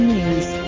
News